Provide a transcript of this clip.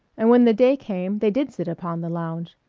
and when the day came they did sit upon the lounge.